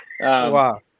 Wow